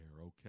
okay